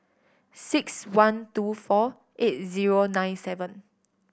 six one two four eight zero nine seven